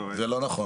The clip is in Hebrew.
לא, זה לא נכון.